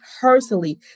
personally